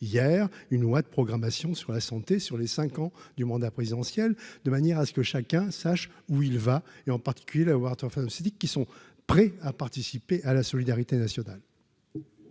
hier une loi de programmation sur la santé, sur les 5 ans du mandat présidentiel de manière à ce que chacun sache où il va et en particulier la avoir enfin qui sont prêts à participer à la solidarité nationale.